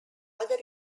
other